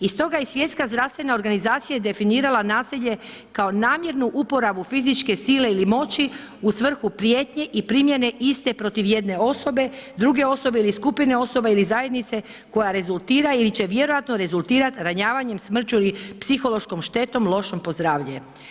I stoga je Svjetska zdravstvena organizacija definirala nasilje kao namjernu uporabu fizičke sile ili moći u svrhu prijetnje i primjene iste protiv jedne osobe, druge osobe ili skupine osoba ili zajednice koja rezultira ili će vjerojatno rezultirati, ranjavanjem, smrću ili psihološkom štetom lošom po zdravlje.